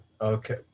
Okay